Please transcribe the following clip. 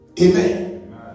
Amen